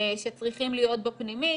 שצריכים להיות בפנימית,